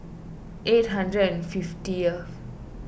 eight hundred and fiftieth